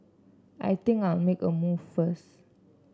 I think I'll make a move first